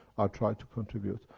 i try to contribute.